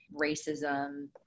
racism